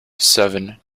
seven